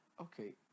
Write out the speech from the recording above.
okay